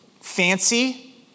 Fancy